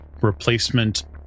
replacement